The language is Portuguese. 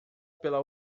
pela